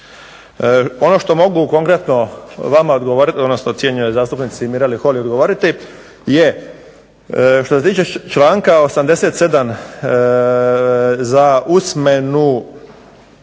Ono što mogu konkretno vama odgovoriti, odnosno cijenjenoj zastupnici Mireli Holy odgovoriti je: što se tiče članka 87. za usmeno